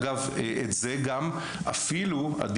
אגב, את זה גם אפילו 5